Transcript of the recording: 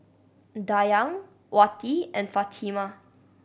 Dayang Wati and Fatimah